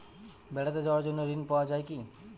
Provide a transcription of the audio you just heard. বেড়াতে যাওয়ার জন্য ঋণ পাওয়া যায় কি?